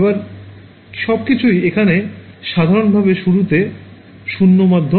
এবার সবকিছুই এখানে সাধারণ ভাবে শুরুতে শূন্য মাধ্যম